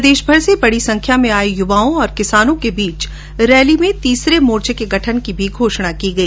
प्रदेशमर से बडी संख्या में आये युवाओं और किसानों के बीच हकांर रैली में तीसरे मोर्चो के गठन की भी घोषणा की गई